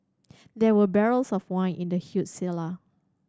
there were barrels of wine in the huge cellar